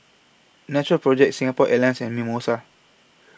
Natural Project Singapore Airlines and Mimosa